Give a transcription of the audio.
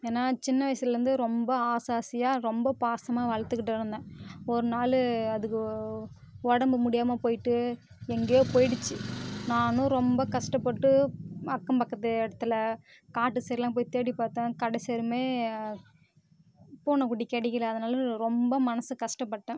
ஏன்னா சின்ன வயசுலேருந்து ரொம்ப ஆசை ஆசையாக ரொம்ப பாசமாக வளத்துக்கிட்டு இருந்தேன் ஒரு நாள் அதுக்கு உடம்பு முடியாமல் போய்ட்டு எங்கேயோ போய்டுச்சு நானும் ரொம்ப கஷ்டப்பட்டு அக்கம் பக்கத்து இடத்துல காட்டு சைடுலாம் போய் தேடி பாத்தேன் கடைசிவரையும் பூனைக்குட்டி கிடைக்கில அதனால் ரொம்ப மனது கஷ்டப்பட்டேன்